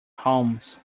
homes